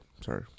Sorry